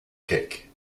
cake